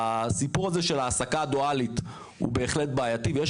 הסיפור הזה של העסקה הדואלית הוא בהחלט בעייתי ויש